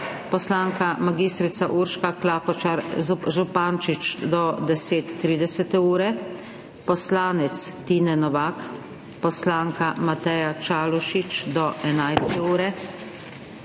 poslanka mag. Urška Klakočar Župančič do 10.30. ure, poslanec Tine Novak, poslanka Mateja Čalušić do 11. ure.